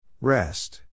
Rest